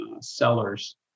sellers